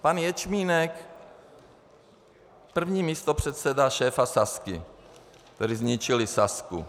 Pan Ječmínek, první místopředseda šéfa Sazky, kteří zničili Sazku.